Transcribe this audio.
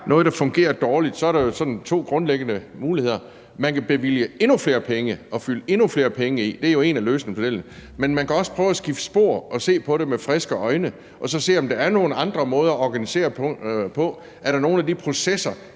noget, der fungerer dårligt, er der jo sådan to grundlæggende muligheder. Man kan bevilge endnu flere penge og fylde endnu flere penge i, det er jo den ene af løsningsmodellerne, men man kan også prøve at skifte spor og se på det med friske øjne for at se, om der er nogle andre måder at organisere det på, om der er nogen af de processer